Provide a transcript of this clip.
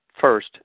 first